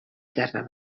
terra